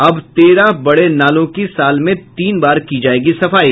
अब तेरह बड़े नालों की साल में तीन बार की जायेगी सफाई